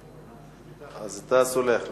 אז אתה סולח לנו.